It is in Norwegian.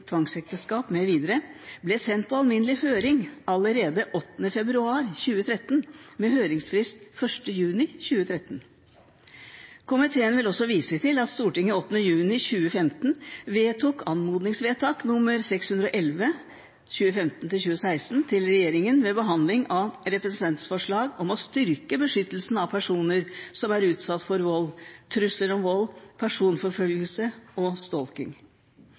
tvangsekteskap mv., ble sendt på alminnelig høring allerede 8. februar 2013, med høringsfrist 1. juni 2013. Komiteen vil også vise til at Stortinget 8. juni 2015 vedtok anmodningsvedtak nr. 611 for 2014–2015 til regjeringen ved behandling av representantforslag om å styrke beskyttelsen av personer som er utsatt for vold, trusler om vold, personforfølgelse og